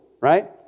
right